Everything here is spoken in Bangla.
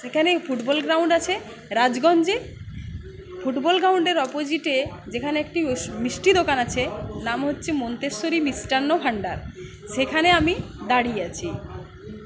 সেখানে ফুটবল গ্রাউন্ড আছে রাজগঞ্জে ফুটবল গ্রাউন্ডের অপোজিটে যেখানে একটি মিষ্টি দোকান আছে নাম হচ্ছে মন্তেশ্বরী মিষ্টান্ন ভান্ডার সেখানে আমি দাঁড়িয়ে আছি